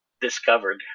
discovered